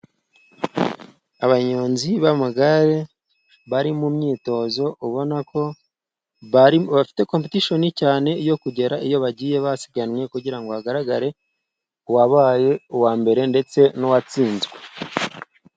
Abanyonzi b'amagare bari mu myitozo, ubona ko bafite kompetishoni cyane yo kugera iyo bagiye basiganwe, kugira ngo hagaragare uwabaye uwa mbere, ndetse n'uwatsinzwe.